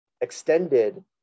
extended